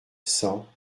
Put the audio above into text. cent